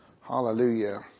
Hallelujah